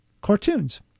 cartoons